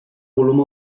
volum